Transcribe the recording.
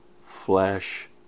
flesh